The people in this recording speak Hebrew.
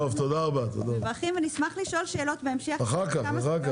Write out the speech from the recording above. אני אשמח לשאול שאלות בהמשך על כמה סוגיות